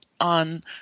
on